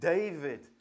David